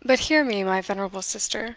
but hear me, my venerable sister